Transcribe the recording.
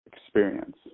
experience